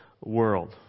world